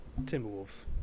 Timberwolves